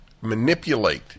manipulate